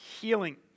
healing